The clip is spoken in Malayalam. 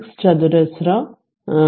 6 ചതുരശ്ര 2